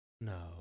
No